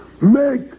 make